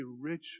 rich